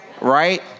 right